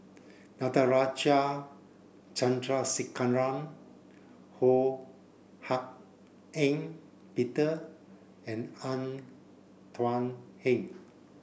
Natarajan Chandrasekaran Ho Hak Ean Peter and Tan Thuan Heng